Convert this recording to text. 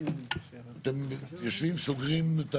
אתם יושבים וסוגרים?